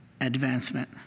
advancement